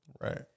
Right